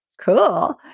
Cool